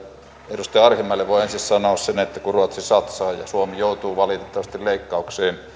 edustaja arhinmäelle voin ensin sanoa sen että kun ruotsi satsaa ja suomi joutuu valitettavasti leikkauksiin